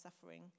suffering